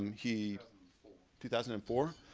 he two thousand and four